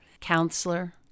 counselor